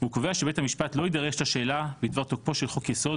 והוא קובע שבית המשפט לא יידרש לשאלה בדבר תוקפו של חוק יסוד